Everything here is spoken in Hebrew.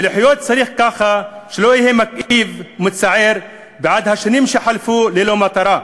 ולחיות צריך ככה שלא יהיה מכאיב ומצער בעד השנים שחלפו ללא מטרה,